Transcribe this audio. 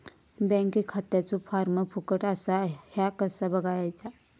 Bank खात्याचो form फुकट असा ह्या कसा बगायचा?